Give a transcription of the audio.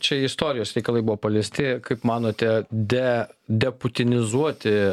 čia istorijos reikalai buvo paliesti kaip manote de deputinizuoti